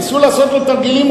ניסו לעשות לו תרגילים,